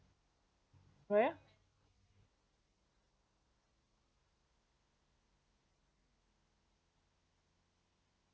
where